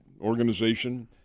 organization